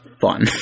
fun